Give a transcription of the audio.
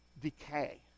decay